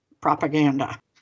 propaganda